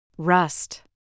Rust